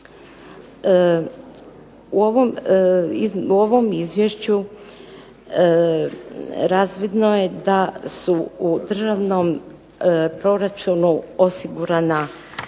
U ovom Izvješću razvidno je da su u državnom proračunu osigurana